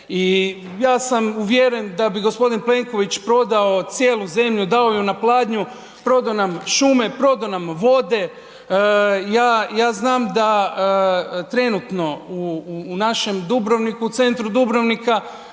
ja sam uvjeren da bi gospodin Plenković prodao cijelu zemlju do ju na pladnju, prodao nam šume, prodao nam vode. Ja znam da trenutno u našem Dubrovniku, centru Dubrovnika